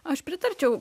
aš pritarčiau